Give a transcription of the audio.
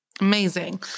Amazing